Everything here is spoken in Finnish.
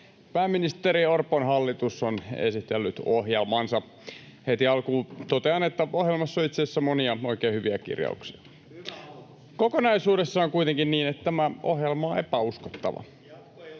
Pääministeri Orpon hallitus on esitellyt ohjelmansa. Heti alkuun totean, että ohjelmassa on itse asiassa monia oikein hyviä kirjauksia. [Ben Zyskowicz: Hyvä aloitus!] Kokonaisuudessa on kuitenkin niin, että tämä ohjelma on epäuskottava